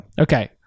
Okay